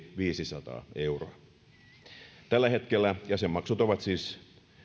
viisisataa euroa tällä hetkellä jäsenmaksut ovat siis